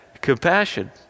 compassion